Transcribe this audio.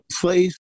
place